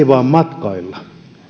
vain matkailla